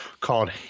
called